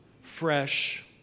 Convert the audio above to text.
fresh